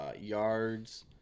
yards